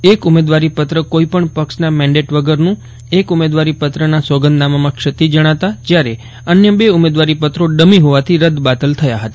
એક ઉમેદવારીપત્ર કોઈ પણ પક્ષના મેન્ડેટ વગરનુંએક ઉમેદવારીપત્રમાં સોગંદનામામાં ક્ષતિ જજ્ઞાતાજયારે અન્ય લે ઉમેદવારીપત્રો ડમી હોવાથી રદ બાતલ થયા હતા